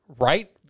right